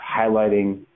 highlighting